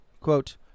Quote